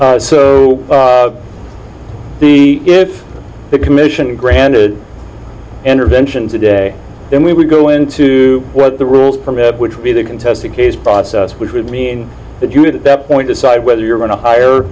need the if the commission granted intervention today then we would go into what the rules permit which would be the contested case process which would mean that you would at that point decide whether you're going to hire